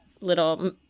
little